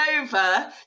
over